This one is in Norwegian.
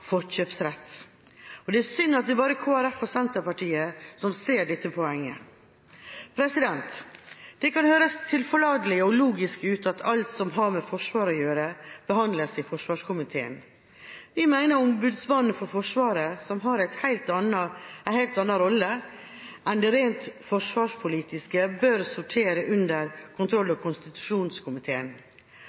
ha forkjørsrett. Det er synd at det bare er Kristelig Folkeparti og Senterpartiet som ser dette poenget. Det kan høres tilforlatelig og logisk ut at alt som har med Forsvaret å gjøre, behandles i forsvarskomiteen. Vi mener at Ombudsmannen for Forsvaret, som har en helt annen rolle enn den rent forsvarspolitiske, bør sortere under kontroll- og konstitusjonskomiteen.